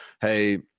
hey